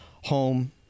home